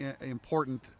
important